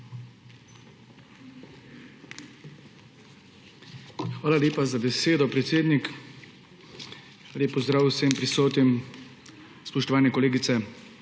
Hvala lepa za besedo, predsednik. Lep pozdrav vsem prisotnim, spoštovane kolegice